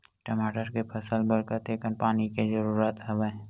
टमाटर के फसल बर कतेकन पानी के जरूरत हवय?